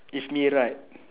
if me right